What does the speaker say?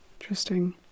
Interesting